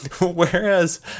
Whereas